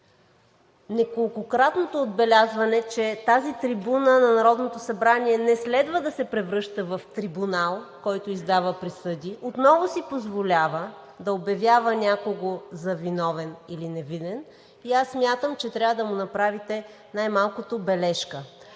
неколкократното отбелязване, че тази трибуна на Народното събрание не следва да се превръща в трибунал, който издава присъди, отново си позволява да обявява някого за виновен или невинен и аз смятам, че трябва да му направите най-малкото бележка.